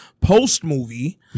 post-movie